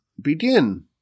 begin